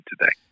today